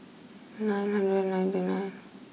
nine hundred ninety nine